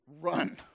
run